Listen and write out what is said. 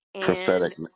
Prophetic